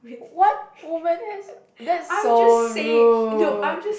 what women has that's so rude